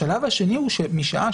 השלב השני הוא שמשעה